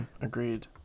Agreed